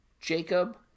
Jacob